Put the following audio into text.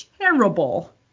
terrible